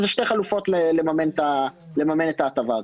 זה שתי חלופות לממן את ההטבה הזאת.